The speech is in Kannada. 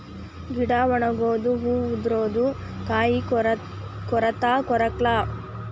ಗಿಡಾ ಒಣಗುದು ಹೂ ಉದರುದು ಕಾಯಿ ಕೊರತಾ ಕೊರಕ್ಲಾ